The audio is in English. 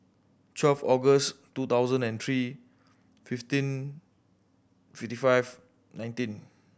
twelve August two thousand and three fifteen fifty five nineteen